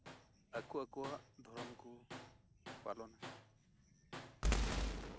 ᱟᱠᱚ ᱟᱠᱚᱣᱟᱜ ᱫᱷᱚᱨᱚᱢ ᱠᱚ ᱯᱟᱞᱚᱱᱟ